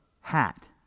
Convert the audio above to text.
hat